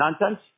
nonsense